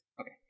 Okay